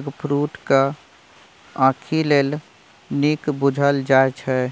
eggfruit केँ आंखि लेल नीक बुझल जाइ छै